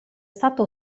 stato